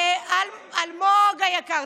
אלמוג היקר,